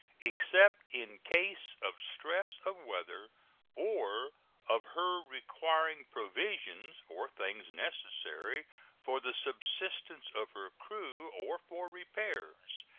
except in case of stress of weather or of her requiring provisions or things necessary for the subsistence of her crew or for repairs,